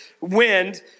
wind